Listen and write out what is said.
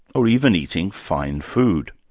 or even eating fine food.